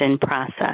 process